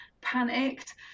panicked